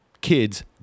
kids